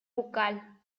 bucal